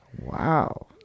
wow